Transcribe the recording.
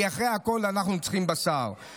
כי אחרי הכול אנחנו צריכים בשר.